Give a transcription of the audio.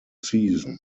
season